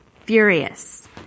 furious